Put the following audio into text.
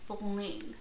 Bling